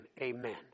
amen